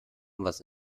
was